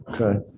Okay